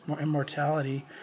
immortality